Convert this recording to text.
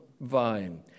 vine